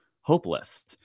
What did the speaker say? hopeless